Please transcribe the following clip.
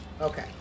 Okay